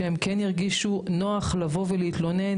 כך שהם כן ירגישו בנוח לבוא ולהתלונן,